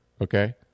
okay